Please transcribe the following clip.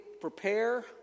prepare